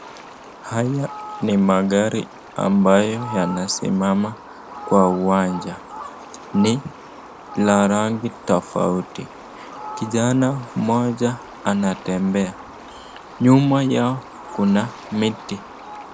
Haya ni magari ambayo yanasimama kwa uwanja ni la rangi tofauti, kijana mmoja anatembea, nyuma yao kuna miti.